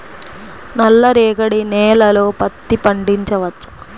నల్ల రేగడి నేలలో పత్తి పండించవచ్చా?